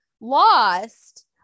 lost